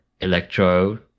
Electro